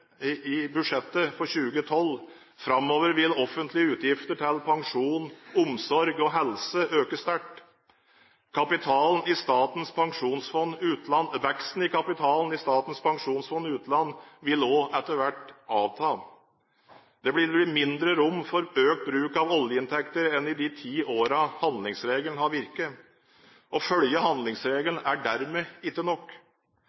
i budsjettet for 2012. Framover vil offentlige utgifter til pensjon, omsorg og helse øke sterkt. Veksten i kapitalen i Statens pensjonsfond utland vil også etter hvert avta. Det vil bli mindre rom for økt bruk av oljeinntekter enn i de ti årene handlingsregelen har virket. Å følge handlingsregelen er dermed ikke nok.